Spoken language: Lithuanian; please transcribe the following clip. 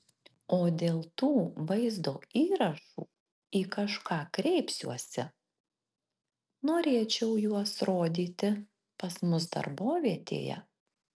o dėl tų vaizdo įrašų į kažką kreipsiuosi norėčiau juos rodyti pas mus darbovietėje